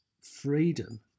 freedom